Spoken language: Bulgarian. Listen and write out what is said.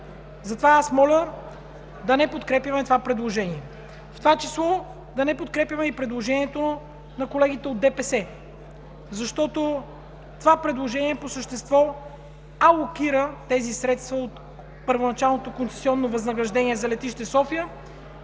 Затова аз моля да не подкрепяме това предложение, в това число да не подкрепяме и предложението на колегите от ДПС, защото това предложение по същество алокира тези средства от първоначалното